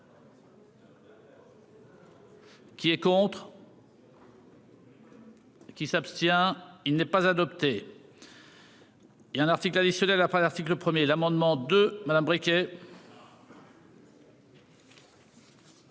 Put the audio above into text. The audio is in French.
Qui est contre. Qui s'abstient. Il n'est pas adopté. Il y a un article additionnel après l'article 1er, l'amendement de Madame briquet.